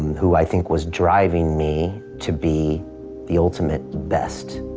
who i think was driving me to be the ultimate best.